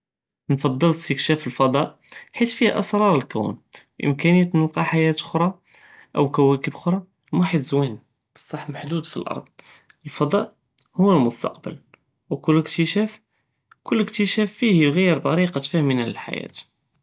נקדמל אסתקשאף אלפדאא חית פיה אסראר אלכון, יומכין נלקא חייאה אוכר או קוואכב אוכר, מוחיט זוין, ולקין מח'דוד פי אלארד, אלפדאא הוא אלמוסטאקבל וקול אקטשאפ פיה יג'יר טריקת פהמנא ללחייאה.